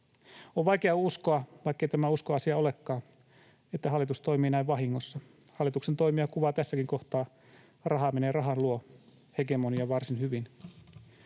On vaikea uskoa, vaikkei tämä uskon asia olekaan, että hallitus toimii näin vahingossa. Hallituksen toimia kuvaa tässäkin kohtaa ”raha menee rahan luo” -hegemonia varsin hyvin.